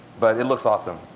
but it looks awesome.